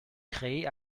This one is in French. créé